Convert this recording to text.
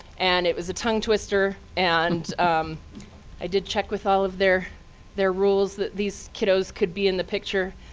and it was a tongue twister. and i did check with all of their their rules, that these kiddos could be in the picture.